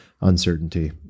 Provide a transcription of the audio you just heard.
uncertainty